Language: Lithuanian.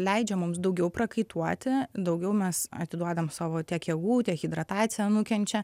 leidžia mums daugiau prakaituoti daugiau mes atiduodam savo tiek jėgų dehidratacija nukenčia